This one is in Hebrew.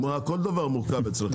כל דבר מורכב אצלכם,